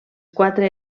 quatre